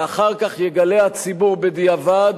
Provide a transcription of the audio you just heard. ואחר כך יגלה הציבור בדיעבד,